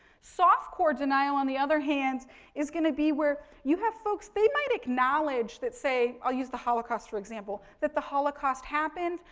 soft core denial, on the other hand is going to be where you have folks, they might acknowledge that say, i'll use the holocaust for example, that the holocaust happened,